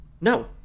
No